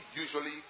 usually